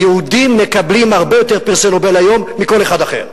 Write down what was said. היהודים מקבלים הרבה יותר פרסי נובל היום מכל אחד אחר.